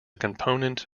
component